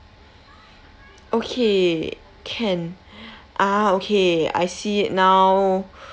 okay can ah okay I see it now